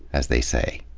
as they say,